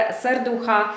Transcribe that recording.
serducha